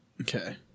Okay